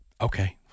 okay